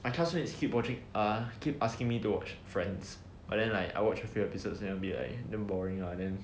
my classmates keep watching err keep asking me to watch friends but then like I watch a few episodes then will be like damn boring lah then like